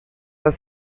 was